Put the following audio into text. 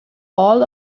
all